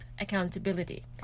accountability